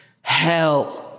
hell